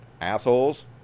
Assholes